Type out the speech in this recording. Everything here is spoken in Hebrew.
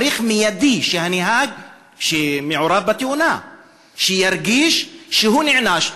צריך שיהיה מיידי: שהנהג שמעורב בתאונה ירגיש שהוא נענש.